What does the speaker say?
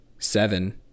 seven